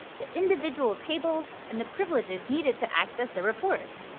the individual tables, and the privileges needed to access the report!